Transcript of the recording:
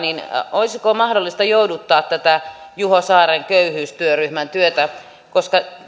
olisiko mahdollista jouduttaa juho saaren köyhyystyöryhmän työtä koska